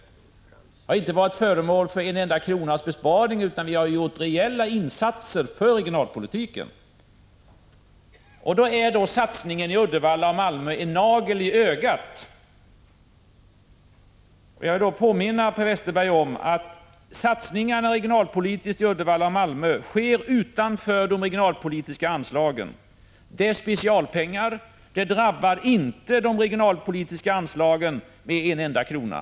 Den har inte varit föremål för en enda kronas besparing, utan vi har gjort rejäla insatser för regionalpolitiken. Satsningarna i Uddevalla och Malmö är en nagel i ögat. Jag vill då påminna Per Westerberg om att de regionalpolitiska satsningarna i Uddevalla och Malmö sker utanför de regionalpolitiska anslagen. Det är fråga om specialpengar, och dessa satsningar drabbar inte de regionalpolitiska anslagen med en enda krona.